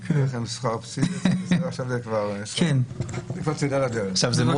יש לכם שכר פסיעות, עכשיו זה כבר צידה לדרך.